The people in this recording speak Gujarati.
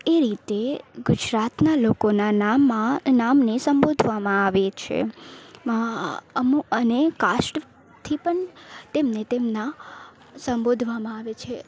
એ રીતે ગુજરાતના લોકોના નામમાં નામને સંબોધવામાં આવે છે અમુક અને કાસ્ટથી પણ તેમને તેમના સંબોધવામાં આવે છે